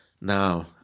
Now